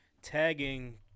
Tagging